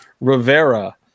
Rivera